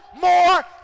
more